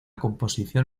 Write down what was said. composición